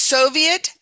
Soviet